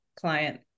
client